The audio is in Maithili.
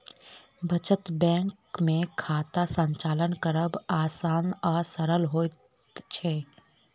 बचत बैंक मे खाता संचालन करब आसान आ सरल होइत छै